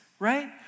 right